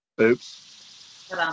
Oops